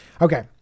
Okay